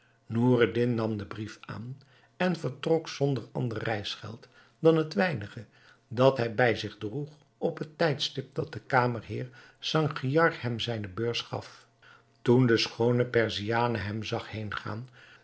noureddin nam den brief aan en vertrok zonder ander reisgeld dan het weinige dat hij bij zich droeg op het tijdstip dat de kamerheer sangiar hem zijne beurs gaf toen de schoone perziane hem zag